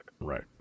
Right